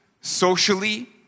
socially